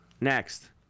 Next